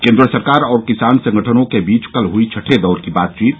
केन्द्र सरकार और किसान संगठनों के बीच कल हुई छठे दौर की बातचीत